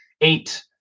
eight